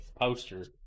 poster